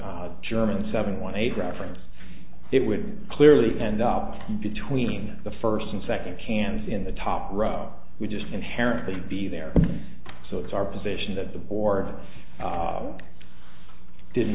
german seven one eight reference it would clearly end up between the first and second cans in the top row we just inherently be there so it's our position that the board didn't